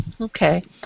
Okay